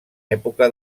època